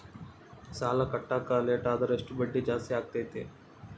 ಸಾಲ ಕಟ್ಟಾಕ ಲೇಟಾದರೆ ಎಷ್ಟು ಬಡ್ಡಿ ಜಾಸ್ತಿ ಆಗ್ತೈತಿ?